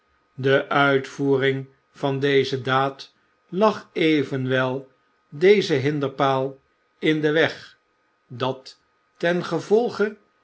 de uitvoering van deze daad lag evenwel deze hinderpaal in den weg dat ten gevolge